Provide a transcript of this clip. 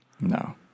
No